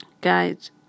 guys